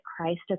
christ